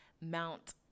Mount